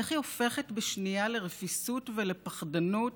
איך היא הופכת בשנייה לרפיסות ולפחדנות